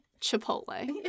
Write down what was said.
Chipotle